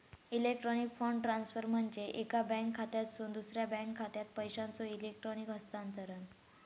electronic fund transfer म्हणजे एका bank खात्यातसून दुसरा बँक खात्यात पैशांचो इलेक्ट्रॉनिक हस्तांतरण